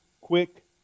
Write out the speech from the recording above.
quick